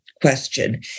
question